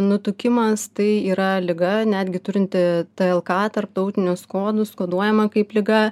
nutukimas tai yra liga netgi turinti tlk tarptautinius kodus koduojama kaip liga